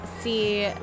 see